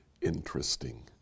interesting